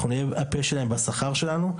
אנחנו נהיה הפה שלהם בשכר שלנו,